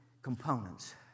Components